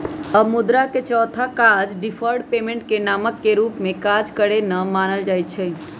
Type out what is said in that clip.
अब मुद्रा के चौथा काज डिफर्ड पेमेंट के मानक के रूप में काज करेके न मानल जाइ छइ